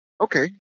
Okay